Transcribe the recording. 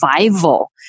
survival